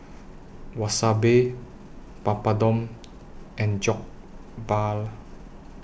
Wasabi Papadum and Jokbal